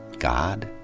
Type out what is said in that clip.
god?